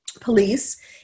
police